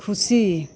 ᱠᱷᱩᱥᱤ